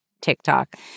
TikTok